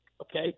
okay